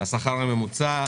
השכר הממוצע.